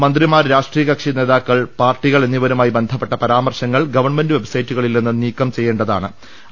മന്ത്രിമാർ രാഷ്ട്രീയകക്ഷി നേതാക്കൾ പാർട്ടികൾ എന്നിവരുമായി ബന്ധപ്പെട്ട പരാ മർശങ്ങൾ ഗവൺമെന്റ് വെബ്സൈറ്റുകളിൽ നിന്ന് നീക്കംചെയ്യേണ്ടതാ ണ്